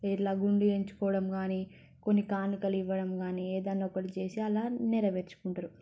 ఇట్లా గుండు చేయించుకోవడం కానీ కొన్ని కానుకలు ఇవ్వడం కానీ ఏదైనా ఒకటి చేసి అలా నెరవేర్చుకుంటారు